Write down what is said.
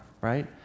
right